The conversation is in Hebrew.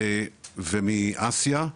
ומאסיה,